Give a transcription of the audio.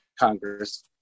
Congress